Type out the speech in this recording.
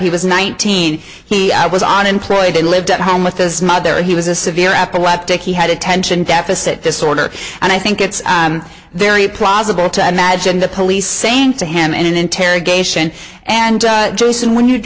he was nineteen he i was on employed and lived at home with his mother he was a severe after what he had attention deficit disorder and i think it's very plausible to imagine the police saying to him in an interrogation and jason when you